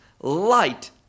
light